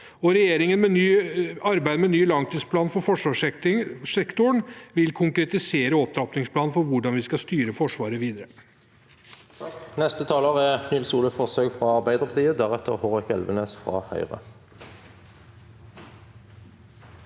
Regjeringens arbeid med ny langtidsplan for forsvarssektoren vil konkretisere opptrappingsplanen for hvordan vi skal styre Forsvaret videre.